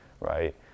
right